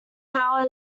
power